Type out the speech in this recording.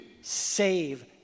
save